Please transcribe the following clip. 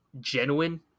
genuine